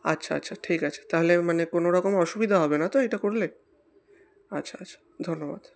আচ্ছা আচ্ছা ঠিক আছে তাহলে মানে কোনোরকম অসুবিধা হবে না তো এটা করলে আচ্ছা আচ্ছা ধন্যবাদ